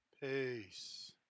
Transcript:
Peace